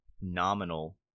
nominal